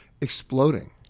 exploding